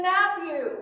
Matthew